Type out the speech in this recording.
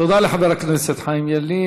תודה לחבר הכנסת חיים ילין.